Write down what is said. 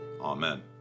Amen